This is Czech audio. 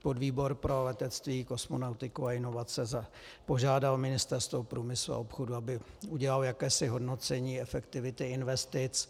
Podvýbor pro letectví, kosmonautiku a inovace požádal Ministerstvo průmyslu a obchodu, aby udělalo jakési hodnocení efektivity investic.